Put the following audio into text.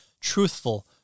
truthful